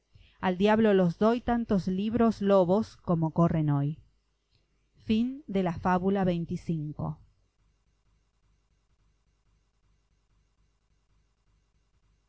al diablo los doy tantos libros lobos como corren hoy fábula